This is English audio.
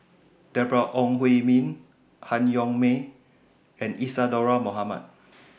Deborah Ong Hui Min Han Yong May and Isadhora Mohamed